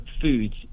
foods